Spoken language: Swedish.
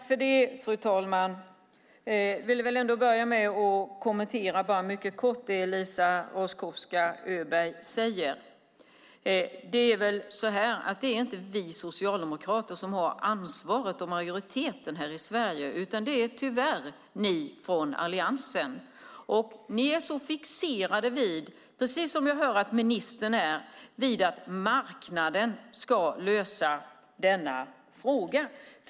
Fru talman! Jag ska kort kommentera det Eliza Roszkowska Öberg sade. Det är inte vi socialdemokrater som har ansvaret och majoriteten i Sverige, utan det är tyvärr ni i Alliansen. Ni är så fixerade vid att marknaden ska lösa denna fråga.